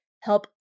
Help